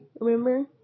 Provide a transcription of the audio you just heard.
remember